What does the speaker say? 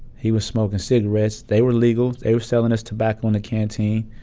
he was smoking cigarettes they were legal. they were selling us tobacco in a canteen.